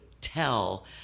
tell